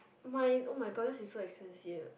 my oh my god this is so expensive